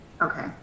Okay